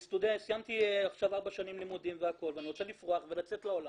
ואני סיימתי עכשיו ארבע שנים לימודים והכל ואני רוצה לפרוח ולצאת לעולם,